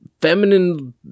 feminine